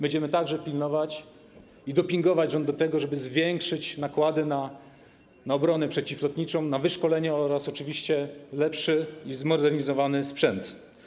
Będziemy także pilnować i dopingować rząd do tego, żeby zwiększyć nakłady na obronę przeciwlotniczą, na wyszkolenie oraz oczywiście lepszy, zmodernizowany sprzęt.